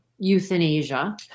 euthanasia